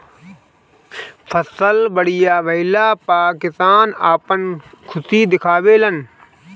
फसल बढ़िया भइला पअ किसान आपन खुशी दिखावे लन